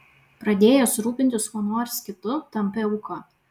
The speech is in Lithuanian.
pradėjęs rūpintis kuo nors kitu tampi auka